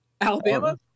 Alabama